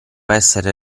essere